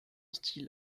style